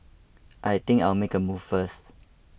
I think I'll make a move first